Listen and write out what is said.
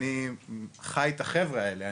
אני חי את החבר'ה האלו,